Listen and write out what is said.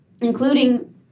including